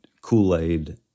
Kool-Aid